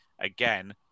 again